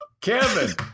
Kevin